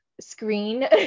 screen